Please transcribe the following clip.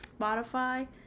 spotify